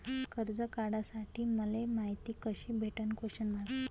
कर्ज काढासाठी मले मायती कशी भेटन?